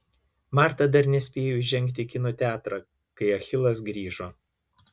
marta dar nespėjo įžengti į kino teatrą kai achilas grįžo